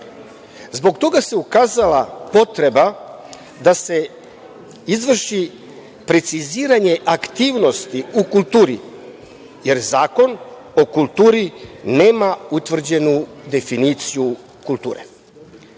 toga se ukazala potreba da se izvrši preciziranje aktivnosti u kulturi, jer Zakon o kulturi nema utvrđenu definiciju kulture.